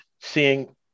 seeing